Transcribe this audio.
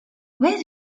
where